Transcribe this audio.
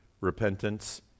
Repentance